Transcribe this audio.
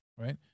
Right